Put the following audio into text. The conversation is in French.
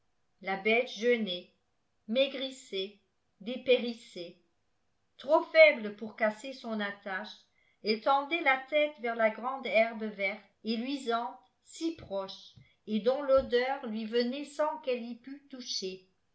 la bête jeûnait maigrissait dépérissait trop faible pour casser son attache elle tendait la tête vers la grande herbe verte et luisante si proche et dont l'odeur lui venait sans qu'elle y pût toucher